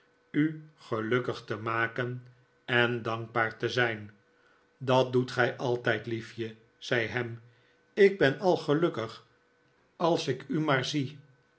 u gelukkig te maken en dankbaar te zijn dat doet gij altijd liefje zei ham ik ben al gelukkig als ik u maar zie